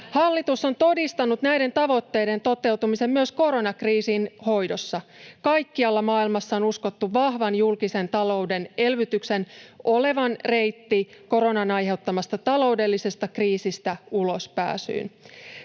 Hallitus on todistanut näiden tavoitteiden toteutumisen myös koronakriisin hoidossa. Kaikkialla maailmassa on uskottu vahvan julkisen talouden elvytyksen olevan reitti koronan aiheuttamasta taloudellisesta kriisistä ulospääsyyn.